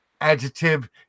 adjective